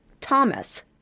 Thomas